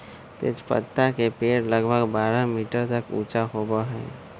तेजपत्ता के पेड़ लगभग बारह मीटर तक ऊंचा होबा हई